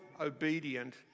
obedient